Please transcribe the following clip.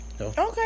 Okay